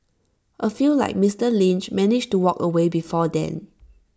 A few like Mister Lynch manage to walk away before then